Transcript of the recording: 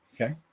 Okay